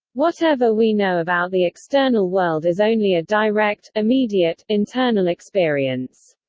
whatever we know about the external world is only a direct, immediate, internal experience.